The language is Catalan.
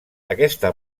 aquesta